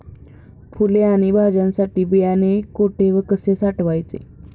फुले आणि भाज्यांसाठी बियाणे कुठे व कसे साठवायचे?